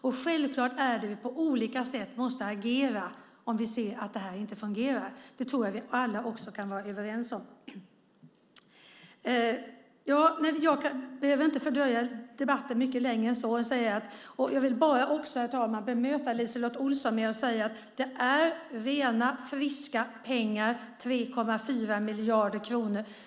Det är självklart att vi på olika sätt måste agera om vi ser att det inte fungerar. Det tror jag att vi alla kan vara överens om. Jag ska inte förlänga debatten mycket mer, men jag vill bemöta LiseLotte Olsson och säga att det är rena friska pengar, 3,4 miljarder kronor.